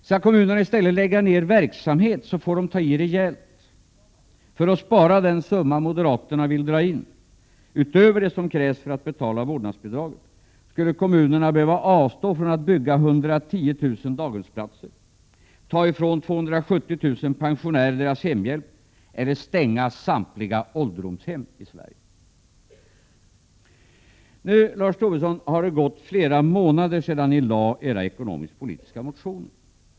Skall kommunerna i stället lägga ned verksamhet, får de ta till rejält för att spara den summa som moderaterna vill dra in. Utöver det som krävs för att betala vårdnadsbidraget skulle kommunerna behöva avstå från att bygga 110 000 daghemsplatser, ta ifrån 270 000 pensionärer deras hemhjälp eller stänga samtliga ålderdomshem i Sverige. Nu, Lars Tobisson, har det gått flera månader sedan ni lade fram era ekonomisk-politiska motioner.